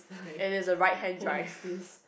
and it's a right hand drive